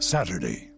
Saturday